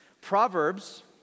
Proverbs